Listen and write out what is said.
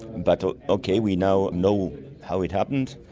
but okay, we know know how it happened,